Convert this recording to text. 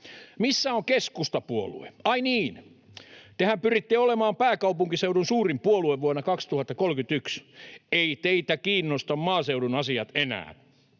Missä on keskustapuolue? Ai niin, tehän pyritte olemaan pääkaupunkiseudun suurin puolue vuonna 2031. Ei teitä kiinnosta maaseudun asiat enää.